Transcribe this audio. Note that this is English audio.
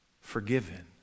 forgiven